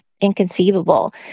inconceivable